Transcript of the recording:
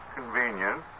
convenient